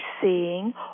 seeing